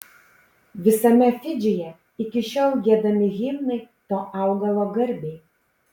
visame fidžyje iki šiol giedami himnai to augalo garbei